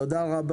תודה.